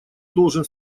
должен